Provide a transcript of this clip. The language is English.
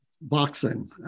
boxing